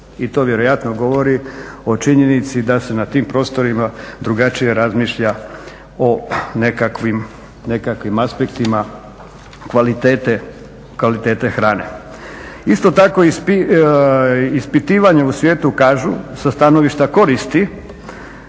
I to vjerojatno govori o činjenici da se na tim prostorima drugačije razmišlja o nekakvim aspektima kvalitete hrane. Isto tako ispitivanja u svijetu kažu sa stanovišta koristi